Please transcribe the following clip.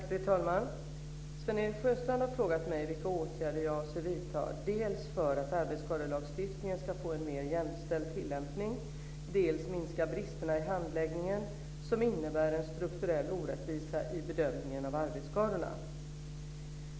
Fru talman! Sven-Erik Sjöstrand har frågat mig vilka åtgärder jag avser vidta dels för att arbetsskadelagstiftningen ska få en mer jämställd tillämpning, dels för att minska bristerna i handläggningen som innebär en strukturell orättvisa i bedömningen av arbetsskadorna.